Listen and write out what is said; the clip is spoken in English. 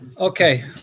Okay